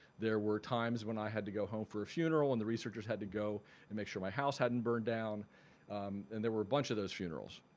there were times when i had to go home for a funeral and the researchers had to go and make sure my house hadn't burned down and there were a bunch of those funerals.